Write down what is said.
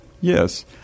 Yes